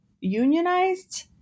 unionized